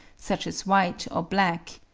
such as white or black,